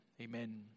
Amen